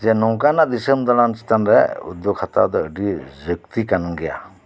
ᱡᱮ ᱱᱚᱝᱠᱟᱱᱟᱜ ᱫᱤᱥᱚᱢ ᱫᱟᱲᱟᱱ ᱪᱮᱛᱟᱱ ᱨᱮ ᱩᱫᱫᱚᱠ ᱦᱟᱛᱟᱣ ᱫᱚ ᱟᱹᱰᱤ ᱡᱟᱹᱠᱛᱤ ᱠᱟᱱᱜᱮᱭᱟ